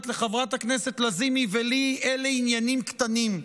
לחברת הכנסת לזימי ולי אלה עניינים קטנים.